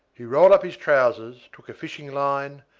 he rolled up his trousers, took a fishing line,